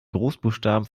großbuchstaben